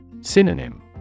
Synonym